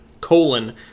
colon